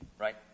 right